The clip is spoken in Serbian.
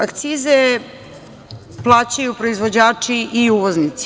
Akcize plaćaju proizvođači i uvoznici.